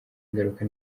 ingaruka